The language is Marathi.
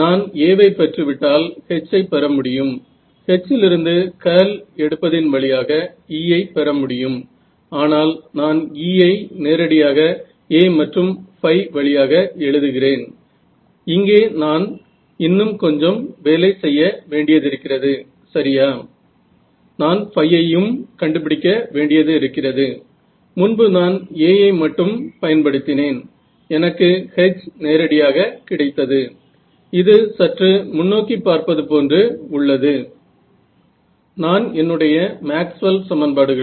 तर इथे जर तुम्हाला काही जोडायचे असेल तर तुम्ही इथे ML जोडू शकता हा एक ऑप्टिमायझेशन चा भाग आहे